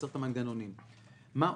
אתה לייצר את המנגנונים.